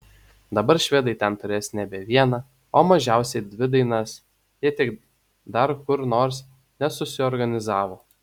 dabar švedai ten turės nebe vieną o mažiausiai dvi dainas jei tik dar kur nors nesusiorganizavo